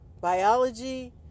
biology